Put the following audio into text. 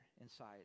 inside